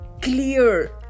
clear